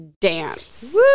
dance